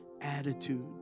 attitude